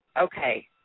okay